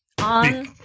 On